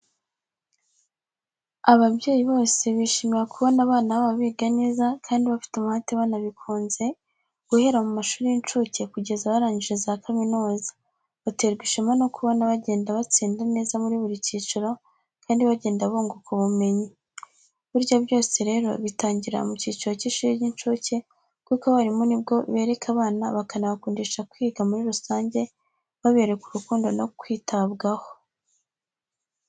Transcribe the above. Ababyeyi bose bishimira kubona abana babo biga neza kandi bafite umuhate banabikunze guhera mu mashuri y'incuke kugeza barangije za kaminuza, baterwa ishema no kubona bagenda batsinda neza muri buri cyiciro kandi bagenda bunguka ubumenyi. Burya byose rero bitangirira mu cyiciro cy'ishuri ry'incuke kuko abarimu ni bwo bereka abana bakanabakundisha kwiga muri rusange babereka urukundo no kwitabwaho.